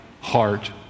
heart